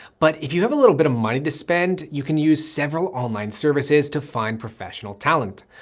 but if you have a little bit of money to spend, you can use several online services to find professional talent.